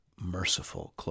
merciful